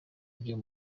byo